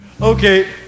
Okay